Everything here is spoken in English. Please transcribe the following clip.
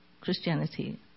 Christianity